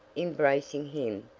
embracing him,